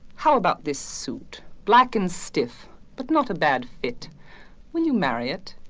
how about this suit black and stiff but not a bad it when you marry it.